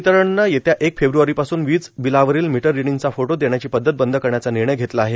महावितरणानं येत्या एक फेब्रवारीपासून वीज बिलावरील मीटररिडींगचा फोटो देण्याची पद्धत बंद करण्याचा निर्णय घेतला आहे